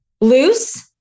loose